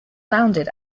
founded